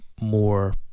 more